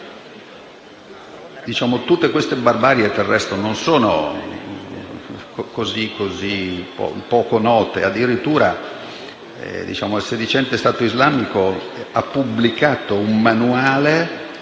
Tutte queste barbarie non sono poco note; addirittura, il sedicente Stato islamico ha pubblicato un manuale,